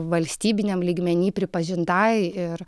valstybiniam lygmeny pripažintai ir